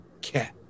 cat